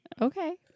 Okay